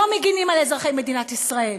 לא מגינים על אזרחי מדינת ישראל,